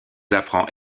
apprend